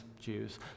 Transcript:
Jews